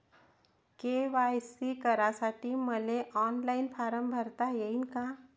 KYC करासाठी मले online form भरता येईन का?